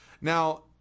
Now